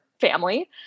family